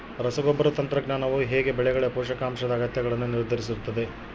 ರಸಗೊಬ್ಬರ ತಂತ್ರಜ್ಞಾನವು ಹೇಗೆ ಬೆಳೆಗಳ ಪೋಷಕಾಂಶದ ಅಗತ್ಯಗಳನ್ನು ನಿರ್ಧರಿಸುತ್ತದೆ?